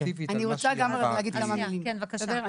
אני רוצה גם כן להגיד כמה מילים, בסדר?